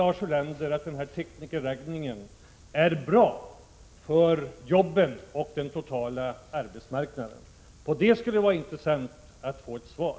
Att den inte är